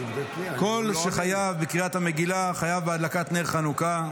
"כל שחייב בקריאת המגילה חייב בהדלקת נר חנוכה.